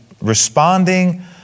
responding